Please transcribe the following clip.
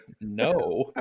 No